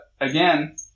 again